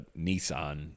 Nissan